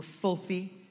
filthy